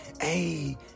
hey